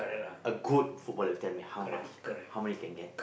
a good footballer you tell me how much how many he can get